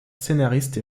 scénariste